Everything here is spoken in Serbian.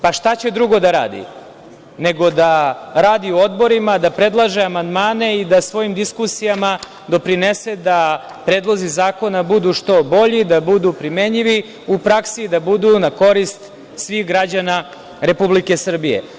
Pa, šta će drugo da radi, nego da radi u odborima, da predlaže amandmane i da svojim diskusijama doprinese da predlozi zakona budu što bolji, da budu primenjivi u praksi, da budu u korist svih građana Republike Srbije?